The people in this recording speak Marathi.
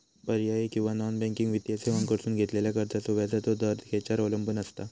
पर्यायी किंवा नॉन बँकिंग वित्तीय सेवांकडसून घेतलेल्या कर्जाचो व्याजाचा दर खेच्यार अवलंबून आसता?